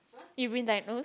you've been diagnose